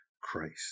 Christ